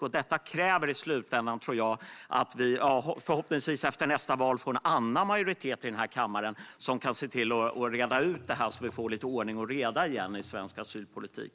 Jag tror att detta i slutänden kommer att leda till att vi efter nästa val förhoppningsvis får en annan majoritet i den här kammaren som kan se till att reda ut detta, så att vi kan få lite ordning och reda igen i svensk asylpolitik.